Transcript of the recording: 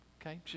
okay